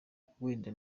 wenda